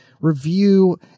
review